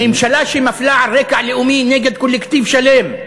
ממשלה שמפלה על רקע לאומי נגד קולקטיב שלם,